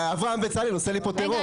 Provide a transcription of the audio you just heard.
אברהם בצלאל עושה לי פה טרור.